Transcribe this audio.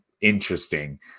interesting